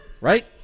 Right